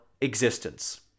existence